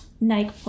Nike